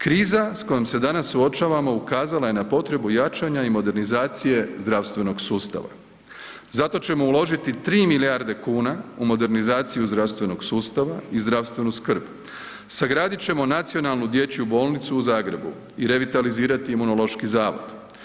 Kriza s kojom se danas suočavamo ukazala je potrebu jačanja i modernizacije zdravstvenog sustava, zato ćemo uložiti tri milijarde kuna u modernizaciju zdravstvenog sustava i zdravstvenu skrb, sagradit ćemo nacionalnu dječju bolnicu u Zagrebu i revitalizirati Imunološki zavod.